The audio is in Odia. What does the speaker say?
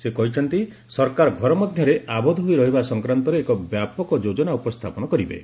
ସେ କହିଛନ୍ତି ସରକାର ଘର ମଧ୍ୟରେ ଆବଦ୍ଧ ହୋଇ ରହିବା ସଂକ୍ରାନ୍ତରେ ଏକ ବ୍ୟାପକ ଯୋଜନା ଉପସ୍ଥାପନ କରିବେ